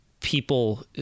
people